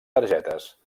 targetes